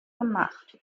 gemacht